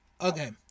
Okay